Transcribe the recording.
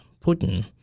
Putin